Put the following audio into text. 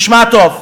תשמע טוב,